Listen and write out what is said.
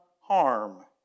harm